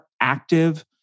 active